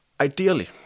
Ideally